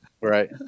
Right